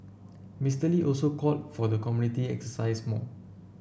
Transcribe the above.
Mister Lee also called for the community exercise more